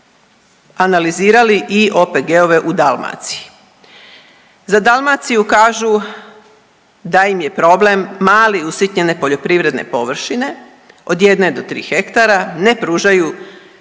analizirali i OPG-ove u Dalmaciji. Za Dalmaciju kažu da im je problem male usitnjene poljoprivredne površine od jedne do tri hektara, ne pružaju